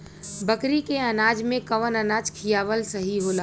बकरी के अनाज में कवन अनाज खियावल सही होला?